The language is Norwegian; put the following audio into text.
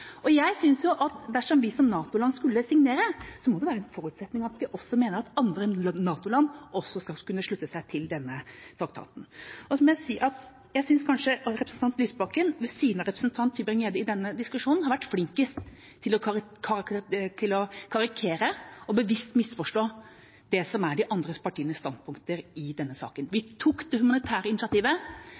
Og jeg synes at dersom vi som NATO-land skulle signere, måtte det være en forutsetning at vi også mente at andre NATO-land skulle kunne slutte seg til denne traktaten. Så må jeg si at jeg synes representanten Lysbakken, ved siden av representanten Tybring-Gjedde, i denne diskusjonen kanskje har vært flinkest til å karikere og bevisst misforstå det som er de andre partienes standpunkter i denne saken. Vi tok det humanitære initiativet,